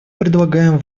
предлагаем